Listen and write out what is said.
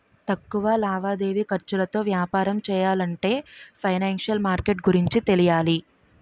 తక్కువ లావాదేవీ ఖర్చులతో వ్యాపారం చెయ్యాలంటే ఫైనాన్సిషియల్ మార్కెట్ గురించి తెలియాలి